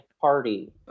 party